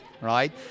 Right